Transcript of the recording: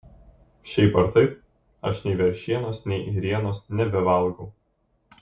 šiaip ar taip aš nei veršienos nei ėrienos nebevalgau